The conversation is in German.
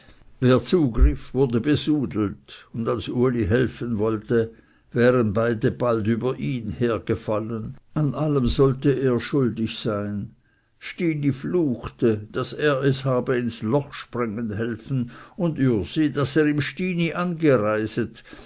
wer zugriff wurde besudelt und als uli helfen wollte wären beide bald über ihn hergefallen an allem sollte er schuldig sein stini fluchte daß er es habe ins loch sprengen helfen und ürsi daß er ihm stini angereiset